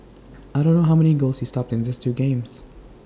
I don't know how many goals he stopped in this two games